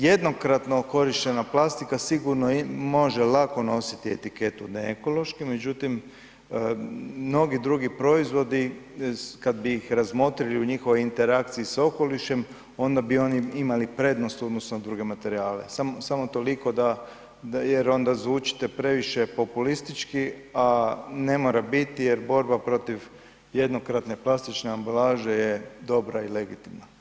Jednokratno korištena plastika sigurno može lako nositi etiketu ne ekološki, međutim mnogi drugi proizvodi kad bi ih razmotrili u njihovoj interakciji s okolišem onda bi oni imali prednost u odnosu na druge materijale, samo toliko da, jer onda zvučite previše populistički, a ne mora biti jer borba protiv jednokratne plastične ambalaže je dobra i legitimna i poželjna.